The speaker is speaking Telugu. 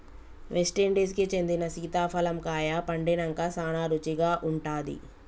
వెస్టిండీన్ కి చెందిన సీతాఫలం కాయ పండినంక సానా రుచిగా ఉంటాది